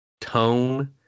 tone